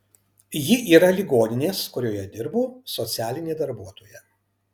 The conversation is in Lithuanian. ji yra ligoninės kurioje dirbu socialinė darbuotoja